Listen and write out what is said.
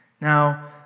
Now